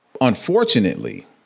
Unfortunately